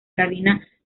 cabina